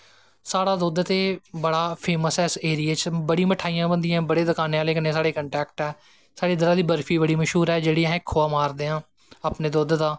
साढ़ा दुध्द ते बड़ा फेमस ऐ इस एरिये च बड़ी मठेआईयां बनदियां बड़े दकानें आह्लें कन्नैं साढ़े कंटैक्ट ऐं स्हानू इद्धरा दी बर्फी बड़ी मश्हूर ऐ जेह्ड़ी अस खोहा मारदे हां अपनें दुद्ध दा